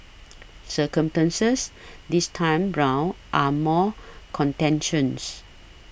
circumstances this time round are more contentious